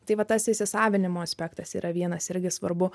tai va tas įsisavinimo aspektas yra vienas irgi svarbu